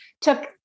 took